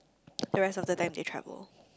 the rest of the time they travel